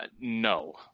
No